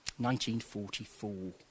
1944